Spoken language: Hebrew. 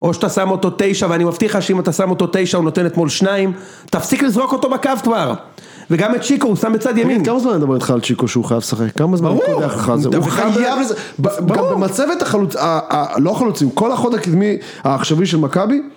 או שאתה שם אותו תשע, ואני מבטיח לך שאם אתה שם אותו תשע, הוא נותן אתמול שניים. תפסיק לזרוק אותו בקו כבר! וגם את צ'יקו, הוא שם בצד ימין. כמה זמן אני מדבר איתך על צ'יקו שהוא חייב לשחק? כמה זמן אני קודח לך על זה? הוא חייב לזה, במצבת החלוצים, לא חלוצים, כל החוד הקדמי העכשווי של מכבי.